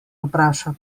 vpraša